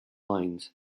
lines